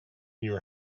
your